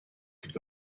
could